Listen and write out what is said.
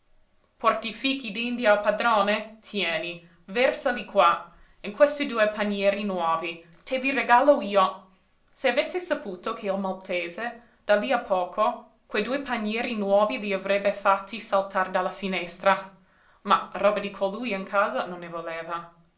porti fichi d'india al padrone tieni vèrsali qua in questi due panieri nuovi te li regalo io se avesse saputo che il maltese di lí a poco quei due panieri nuovi li avrebbe fatti saltar dalla finestra ma roba di colui in casa non ne voleva